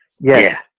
yes